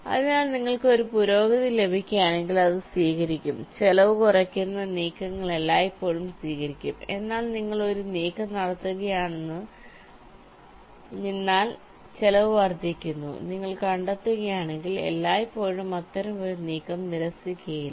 അതിനാൽ നിങ്ങൾക്ക് ഒരു പുരോഗതി ലഭിക്കുകയാണെങ്കിൽ അത് സ്വീകരിക്കും ചെലവ് കുറയ്ക്കുന്ന നീക്കങ്ങൾ എല്ലായ്പ്പോഴും സ്വീകരിക്കും എന്നാൽ നിങ്ങൾ ഒരു നീക്കം നടത്തുകയാണെന്ന് എന്നാൽ ചെലവ് വർദ്ധിക്കുന്നു നിങ്ങൾ കണ്ടെത്തുകയാണെങ്കിൽ എല്ലായ്പ്പോഴും അത്തരമൊരു നീക്കം നിരസിക്കുകയല്ല